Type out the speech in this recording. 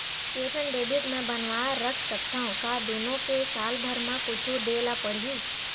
के ठन डेबिट मैं बनवा रख सकथव? का दुनो के साल भर मा कुछ दे ला पड़ही?